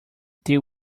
they